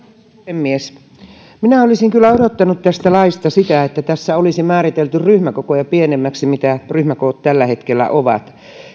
arvoisa puhemies minä olisin kyllä odottanut tästä laista sitä että tässä olisi määritelty ryhmäkokoja pienemmiksi kuin ryhmäkoot tällä hetkellä ovat